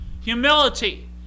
Humility